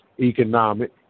economic